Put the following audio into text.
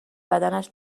بدنش